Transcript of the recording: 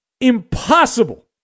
impossible